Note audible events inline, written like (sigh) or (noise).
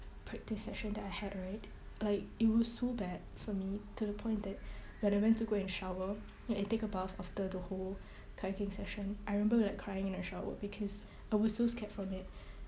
practice session that I had right like it was so bad for me to the point that (breath) when I went to go and shower when I take a bath after the whole (breath) kayaking session I remember like crying in the shower because I was so scared from it (breath)